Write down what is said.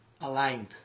aligned